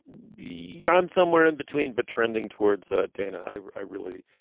b yeah i'm somewhere in between but trending towards ah dana. i i really